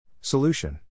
Solution